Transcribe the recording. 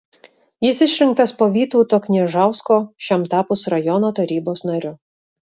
jis išrinktas po vytauto kniežausko šiam tapus rajono tarybos nariu